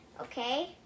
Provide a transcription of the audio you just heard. Okay